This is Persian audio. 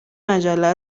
مجله